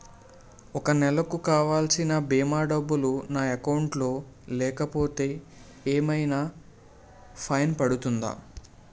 ఒక నెలకు కావాల్సిన భీమా డబ్బులు నా అకౌంట్ లో లేకపోతే ఏమైనా ఫైన్ పడుతుందా?